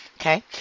okay